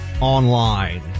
online